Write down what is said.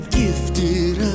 gifted